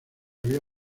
había